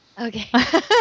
Okay